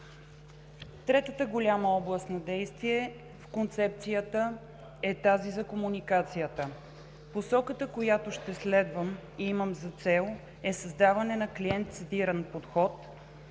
Третата голяма област на действие в концепцията е тази за комуникацията. Посоката, която ще следвам и имам за цел, е създаване на клиентцентриран подход